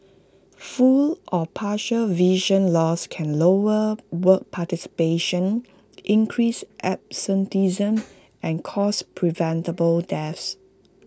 full or partial vision loss can lower work participation increase absenteeism and cause preventable deaths